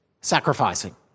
sacrificing